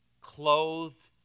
clothed